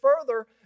further